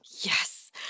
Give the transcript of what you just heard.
Yes